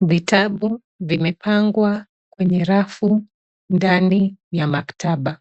Vitabu vimepangwa kwenye rafu ndani ya maktaba.